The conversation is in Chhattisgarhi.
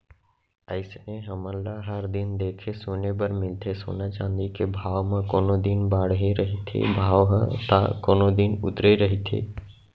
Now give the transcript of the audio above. अइसने हमन ल हर दिन देखे सुने बर मिलथे सोना चाँदी के भाव म कोनो दिन बाड़हे रहिथे भाव ह ता कोनो दिन उतरे रहिथे